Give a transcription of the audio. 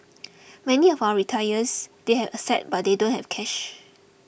many of our retirees they have assets but they don't have cash